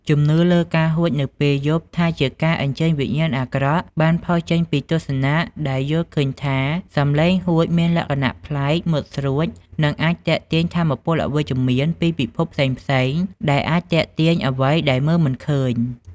ជំនឿលើការហួចនៅពេលយប់ថាជាការអញ្ជើញវិញ្ញាណអាក្រក់បានផុសចេញពីទស្សនៈដែលយល់ឃើញថា សំឡេងហួចមានលក្ខណៈប្លែក មុតស្រួច និងអាច ទាក់ទាញថាមពលអវិជ្ជមាន ពីពិភពផ្សេងៗ ដែលអាចទាក់ទាញអ្វីដែលមើលមិនឃើញ។